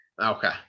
Okay